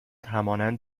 همانند